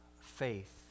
faith